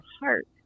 heart